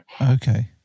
okay